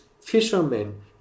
fishermen